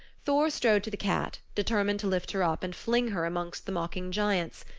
thor strode to the cat, determined to lift her up and fling her amongst the mocking giants.